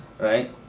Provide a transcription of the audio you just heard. right